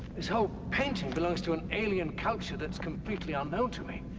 this whole painting belongs to an alien culture that's completely unknown to me.